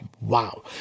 Wow